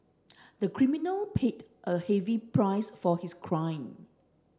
the criminal paid a heavy price for his crime